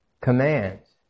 commands